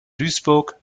duisburg